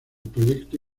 proyecto